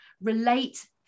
relate